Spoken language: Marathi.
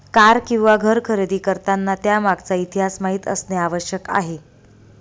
कार किंवा घर खरेदी करताना त्यामागचा इतिहास माहित असणे आवश्यक आहे